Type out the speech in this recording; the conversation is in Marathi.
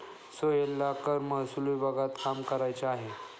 सोहेलला कर महसूल विभागात काम करायचे आहे